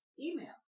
email